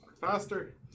Faster